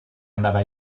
andava